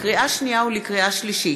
לקריאה שנייה ולקריאה שלישית: